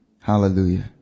Hallelujah